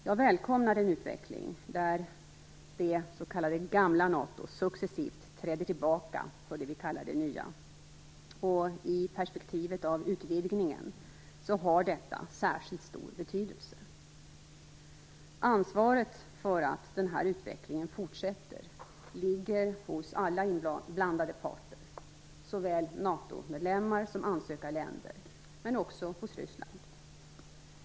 Jag välkomnar den utveckling där det "gamla NATO" successivt träder tillbaka för det vi kallar "det nya", och i perspektivet av utvidgningen har detta särskilt stor betydelse. Ansvaret för att den här utvecklingen fortsätter ligger hos alla inblandade parter, såväl NATO-medlemmar som ansökarländer men också hos Ryssland.